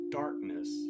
darkness